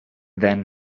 then